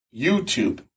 YouTube